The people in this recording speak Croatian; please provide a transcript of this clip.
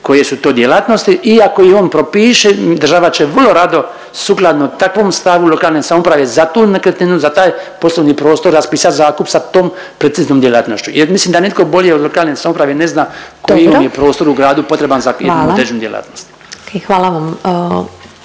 koje su to djelatnosti. I ako ih on propiše država će vrlo rado sukladno takvom stanju lokalne samouprave za tu nekretninu, za taj poslovni prostor raspisat zakup sa tom preciznom djelatnošću jer mislim da nitko bolje od lokalne samouprave ne zna koji …/Upadica Glasovac: Dobro./… im je prostor u gradu potreban za jednu djelatnost. **Glasovac,